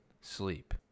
sleep